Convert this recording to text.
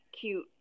cute